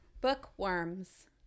bookworms